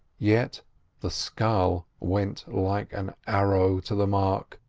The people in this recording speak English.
yet the scull went like an arrow to the mark,